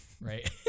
right